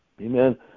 amen